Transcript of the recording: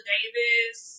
Davis